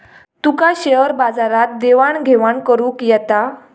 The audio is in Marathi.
तुका शेयर बाजारात देवाण घेवाण करुक येता?